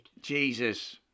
Jesus